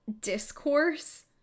discourse